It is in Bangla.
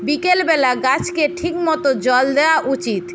বিকেলবেলা গাছকে ঠিক মতো জল দেওয়া উচিত